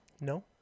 No